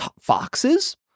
foxes